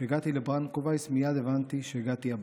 כשהגעתי לברנקו וייס מיד הבנתי שהגעתי הביתה.